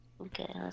Okay